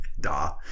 Duh